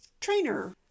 trainer